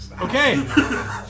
Okay